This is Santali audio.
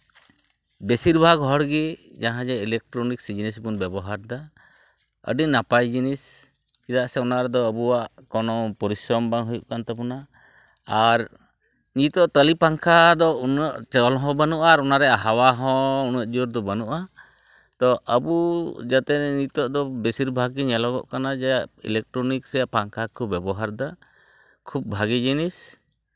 ᱵᱮᱥᱤᱨ ᱵᱷᱟᱜᱽ ᱦᱚᱲᱜᱮ ᱡᱟᱦᱟᱸᱜᱮ ᱤᱞᱮᱠᱴᱨᱚᱱᱤᱠ ᱡᱤᱱᱤᱥ ᱵᱚᱱ ᱵᱮᱵᱚᱦᱟᱨᱫᱟ ᱟᱹᱰᱤ ᱱᱟᱯᱟᱭ ᱡᱤᱱᱤᱥ ᱪᱮᱫᱟᱜ ᱥᱮ ᱚᱱᱟ ᱨᱮᱫᱚ ᱟᱵᱚᱣᱟᱜ ᱠᱚᱱᱳ ᱯᱚᱨᱤᱥᱨᱚᱢ ᱵᱟᱝ ᱦᱩᱭᱩᱜ ᱠᱟᱱ ᱛᱟᱵᱳᱱᱟ ᱟᱨ ᱱᱤᱛᱚᱜ ᱛᱟᱞᱮ ᱯᱟᱝᱠᱷᱟ ᱫᱚ ᱩᱱᱟᱹᱜ ᱪᱚᱞ ᱦᱚᱸ ᱵᱟᱹᱱᱩᱜᱼᱟ ᱟᱨ ᱚᱱᱟ ᱨᱮᱭᱟᱜ ᱦᱟᱣᱟ ᱦᱚᱸ ᱩᱱᱟᱹᱜ ᱡᱳᱨ ᱫᱚ ᱵᱟᱹᱱᱩᱜᱼᱟ ᱛᱳ ᱟᱵᱚ ᱡᱟᱛᱮ ᱱᱤᱛᱚᱜ ᱫᱚ ᱵᱮᱥᱤᱨ ᱵᱷᱟᱜᱽ ᱜᱮ ᱧᱮᱞᱚᱜᱚᱜ ᱠᱟᱱᱟ ᱡᱮ ᱤᱞᱮᱠᱴᱨᱚᱱᱤᱠ ᱥᱮ ᱯᱟᱝᱠᱷᱟ ᱠᱚ ᱵᱮᱵᱚᱦᱟᱨᱫᱟ ᱠᱷᱩᱵ ᱵᱷᱟᱜᱮ ᱡᱤᱱᱤᱥ